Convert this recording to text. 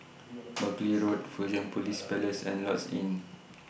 Buckley Road Fusionopolis Place and Lloyds Inn